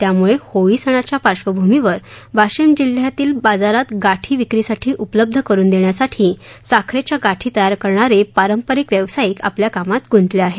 त्यामुळ होळी सणाच्या पार्श्वभूमीवर वाशिम जिल्ह्यातील बाजारात गाठी विक्रीसाठी उपलब्ध करून देण्यासाठी साखरेच्या गाठी तैयार करणारे पारंपरिक व्यवसायिक आपल्या कामात गुंतले आहेत